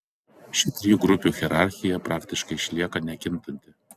ši trijų grupių hierarchija praktiškai išlieka nekintanti